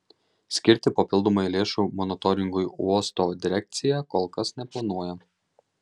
skirti papildomai lėšų monitoringui uosto direkcija kol kas neplanuoja